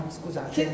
scusate